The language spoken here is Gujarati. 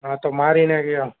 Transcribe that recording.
હા તો મારીને ગયા